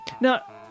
Now